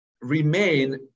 remain